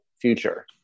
future